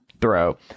throw